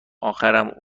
اخرم